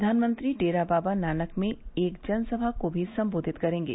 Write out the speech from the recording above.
प्रधानमंत्री डेरा बाबा नानक में एक जनसभा को भी सम्बोधित करेंगे